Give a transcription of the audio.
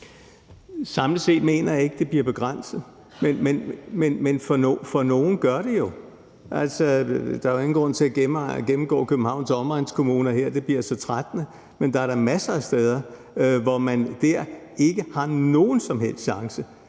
Samlet set mener jeg ikke, det bliver begrænset, men for nogle gør det jo. Der er ingen grund til at gennemgå Københavns omegnskommuner her – det bliver så trættende – men dér er der da masser af steder, hvor man ikke har nogen som helst chance